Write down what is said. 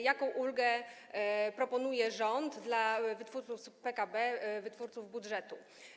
Jaką ulgę proponuje rząd dla wytwórców PKB, wytwórców budżetu?